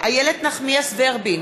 איילת נחמיאס ורבין